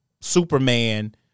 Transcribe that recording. Superman